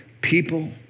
people